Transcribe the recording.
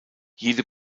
jede